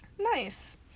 Nice